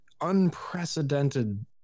unprecedented